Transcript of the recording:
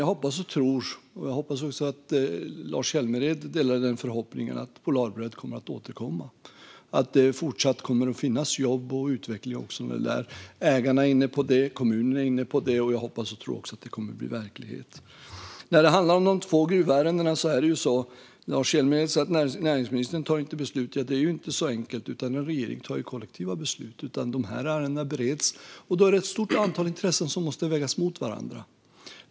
Jag hoppas och tror att Polarbröd kommer att återkomma, och jag hoppas att Lars Hjälmered delar min förhoppning om att det även i fortsättningen kommer att finnas jobb och utveckling där. Ägarna och kommunen är inne på det, och jag hoppas att det kommer att bli verklighet. Beträffande de två gruvärendena sa Lars Hjälmered att näringsministern inte fattar något beslut. Det är dock inte så enkelt. En regering tar ju kollektiva beslut. Ärendena bereds, och ett stort antal intressen måste då vägas mot varandra.